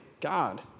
God